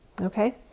Okay